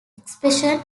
expression